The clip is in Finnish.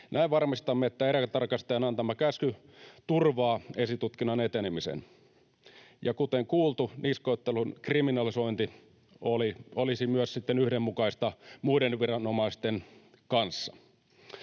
Näin varmistamme, että erätarkastajan antama käsky turvaa esitutkinnan etenemisen. Ja kuten kuultu, niskoittelun kriminalisointi olisi sitten myös yhdenmukaista muiden viranomaisten kanssa.